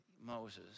Moses